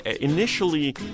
initially